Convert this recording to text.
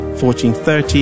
1430